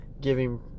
giving